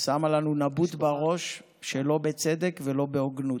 שמה לנו נבוט בראש לא בצדק ולא בהוגנות.